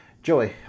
joey